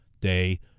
day